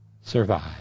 survive